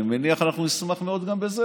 אני לא מכיר את הפואנטה המרכזית פה, אבל בוודאי